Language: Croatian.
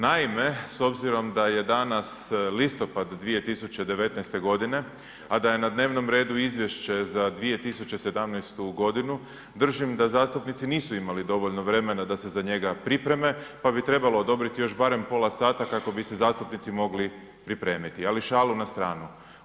Naime, s obzirom da je danas listopad 2019. g., a da je na dnevnom redu izvješće za 2017. g. držim da zastupnici nisu imali dovoljno vremena da se za njega pripreme pa bi trebalo odobriti još barem pola sata kako bi se zastupnici mogli pripremiti, ali šalu na stranu.